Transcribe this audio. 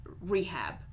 rehab